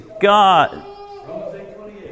God